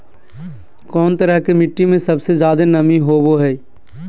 कौन तरह के मिट्टी में सबसे जादे नमी होबो हइ?